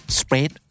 spread